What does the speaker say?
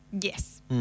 Yes